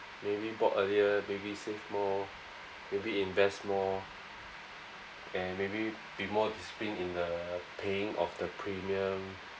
maybe bought earlier maybe save more maybe invest more and maybe be more disciplined in the paying of the premium